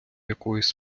якоїсь